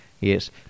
Yes